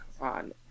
on